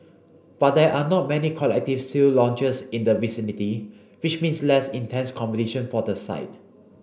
but there are not many collective sale launches in the vicinity which means less intense competition for the site